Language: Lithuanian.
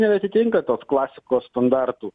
nebeatitinka tos klasikos standartų